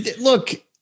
Look